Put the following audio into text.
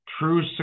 true